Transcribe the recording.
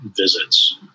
visits